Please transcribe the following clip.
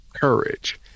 courage